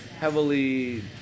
heavily